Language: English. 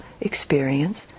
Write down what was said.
experience